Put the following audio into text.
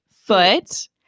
Foot